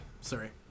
Sorry